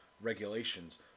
regulations